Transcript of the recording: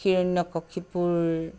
হিৰণ্যকশীপুৰ